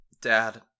Dad